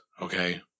Okay